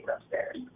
upstairs